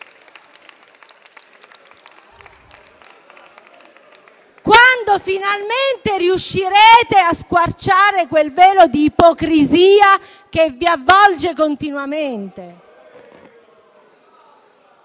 quando finalmente riuscirete a squarciare quel velo di ipocrisia che vi avvolge continuamente.